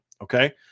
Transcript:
Okay